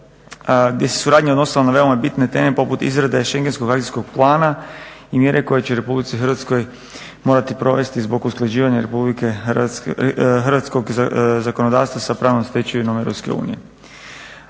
gdje se suradnja odnosila na veoma bitne teme poput izrade shengenskog akcijskog plana i mjere koje će RH morati provesti zbog usklađivanja hrvatskog zakonodavstva s pravnom stečevinom EU.